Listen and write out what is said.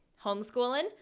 homeschooling